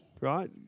right